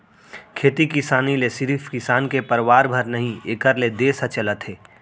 खेती किसानी ले सिरिफ किसान के परवार भर नही एकर ले देस ह चलत हे